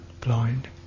blind